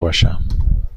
باشم